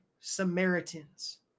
Samaritans